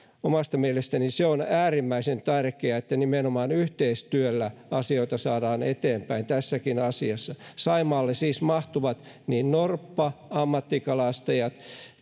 omasta mielestäni se on äärimmäisen tärkeää että nimenomaan yhteistyöllä asioita saadaan eteenpäin tässäkin asiassa saimaalle siis mahtuvat niin norppa ammattikalastajat